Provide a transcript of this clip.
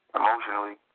emotionally